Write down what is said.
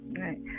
Right